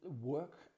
work